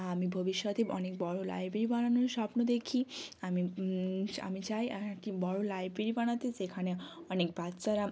আমি ভবিষ্যতে অনেক বড় লাইব্রেরি বানানোর স্বপ্ন দেখি আমি আমি চাই আর কি বড় লাইব্রেরি বানাতে যেখানে অনেক বাচ্চারা